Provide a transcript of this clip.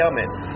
helmet